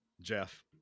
Jeff